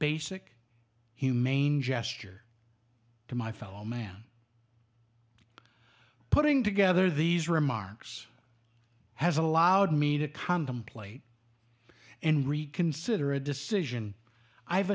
basic humane gesture to my fellow man putting together these remarks has allowed me to contemplate and reconsider a decision i've